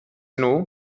know